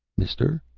mister?